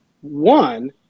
one